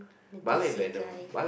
the DC guy